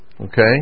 okay